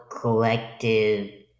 collective